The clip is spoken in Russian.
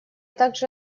также